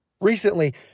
Recently